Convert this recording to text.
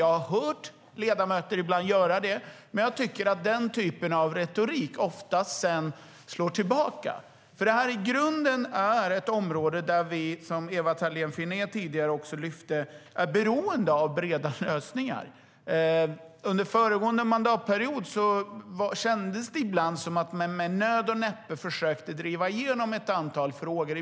Jag har ibland hört ledamöter göra det, men jag tycker att den typen av retorik oftast slår tillbaka. Detta är i grunden ett område där vi, som Ewa Thalén Finné lyfte fram tidigare, är beroende av breda lösningar. Under föregående mandatperiod kändes det ibland som om man med nöd och näppe försökte driva igenom ett antal frågor.